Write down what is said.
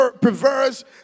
perverse